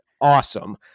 awesome